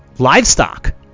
livestock